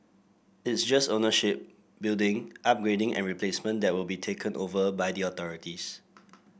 it's just ownership building upgrading and replacement that will be taken over by the authorities